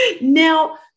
now